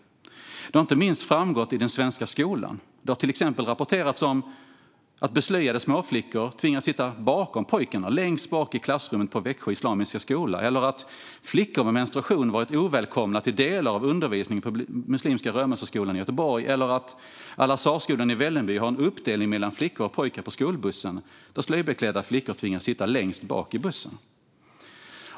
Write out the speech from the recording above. Det har inte minst framgått i den svenska skolan. Det har till exempel rapporterats om att beslöjade småflickor tvingats sitta bakom pojkarna längst bak i klassrummet på Växjö islamiska skola, att flickor med menstruation varit ovälkomna till delar av undervisningen på muslimska Römosseskolan i Göteborg och att Al-Azharskolan i Vällingby har en uppdelning mellan flickor och pojkar på skolbussen, så att slöjbeklädda flickor tvingas sitta längst bak i bussen.